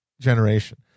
generation